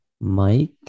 Mike